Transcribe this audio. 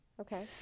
Okay